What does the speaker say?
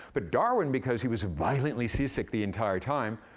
but darwin, because he was violently seasick the entire time,